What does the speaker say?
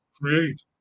create